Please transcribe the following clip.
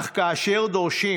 אך כאשר דורשים